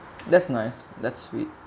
that's nice that's weird